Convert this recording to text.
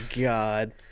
God